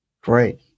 great